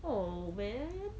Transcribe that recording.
oh man